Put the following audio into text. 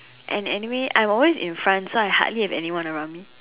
and anyway I'm always in front so I hardly have anyone around me